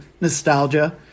nostalgia